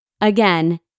Again